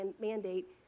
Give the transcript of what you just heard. mandate